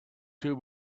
two